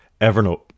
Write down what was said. Evernote